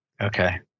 Okay